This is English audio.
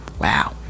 wow